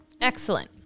Excellent